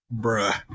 Bruh